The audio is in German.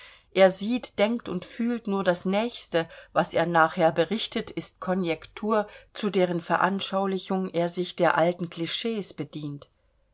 er sieht denkt und fühlt nur das nächste was er nachher berichtet ist konjektur zu deren veranschaulichung er sich der alten clichs bedient